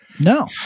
No